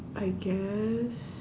I guess